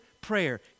prayer